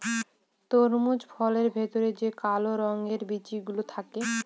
তরমুজ ফলের ভেতরে যে কালো রঙের বিচি গুলো থাকে